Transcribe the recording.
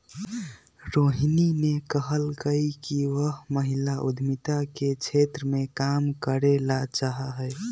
रोहिणी ने कहल कई कि वह महिला उद्यमिता के क्षेत्र में काम करे ला चाहा हई